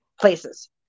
places